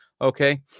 Okay